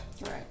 Right